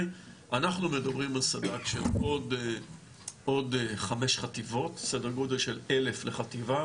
אנחנו מדברים על סד"כ של עוד חמש חטיבות סדר גודל של אלף לחטיבה,